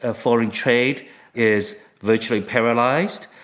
ah foreign trade is virtually paralyzed.